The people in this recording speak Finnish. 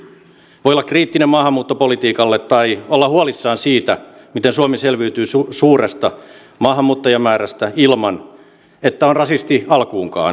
voi olla kriittinen maahanmuuttopolitiikalle tai olla huolissaan siitä miten suomi selviytyy suuresta maahanmuuttajamäärästä ilman että on rasisti alkuunkaan